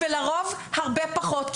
ולרוב הרבה פחות,